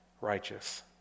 righteous